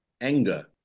anger